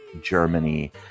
Germany